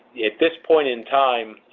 at this point in time,